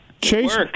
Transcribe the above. chase